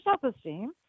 self-esteem